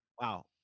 Wow